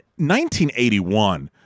1981